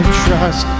trust